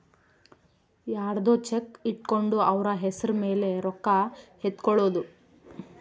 ಯರ್ದೊ ಚೆಕ್ ಇಟ್ಕೊಂಡು ಅವ್ರ ಹೆಸ್ರ್ ಮೇಲೆ ರೊಕ್ಕ ಎತ್ಕೊಳೋದು